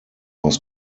was